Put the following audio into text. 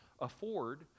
afford